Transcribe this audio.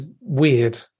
weird